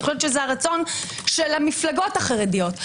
אני חושבת שזה הרצון של המפלגות החרדיות.